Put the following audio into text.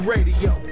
Radio